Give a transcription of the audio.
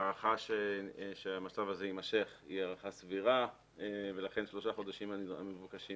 ההערכה שהמצב הזה יימשך היא הערכה סבירה ולכן שלושה החודשים המבוקשים